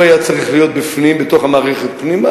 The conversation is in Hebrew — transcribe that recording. הוא היה צריך להיות בפנים, בתוך המערכת פנימה.